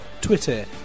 Twitter